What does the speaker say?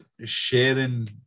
sharing